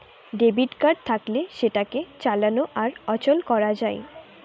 debit card থাকলে সেটাকে চালানো আর অচল করা যায়